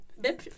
Bip